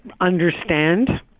understand